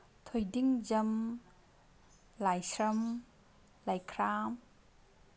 ꯊꯣꯏꯗꯤꯡꯖꯝ ꯂꯥꯏꯁ꯭ꯔꯝ ꯂꯥꯏꯈ꯭ꯔꯥꯝ